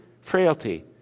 frailty